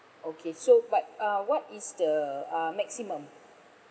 okay so but uh what is the uh maximum